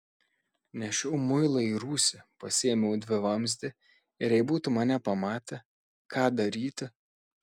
nešiau muilą į rūsį pasiėmiau dvivamzdį ir jei būtų mane pamatę ką daryti